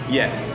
yes